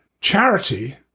Charity